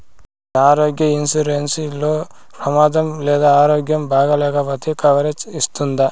ఈ ఆరోగ్య ఇన్సూరెన్సు లో ప్రమాదం లేదా ఆరోగ్యం బాగాలేకపొతే కవరేజ్ ఇస్తుందా?